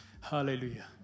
Hallelujah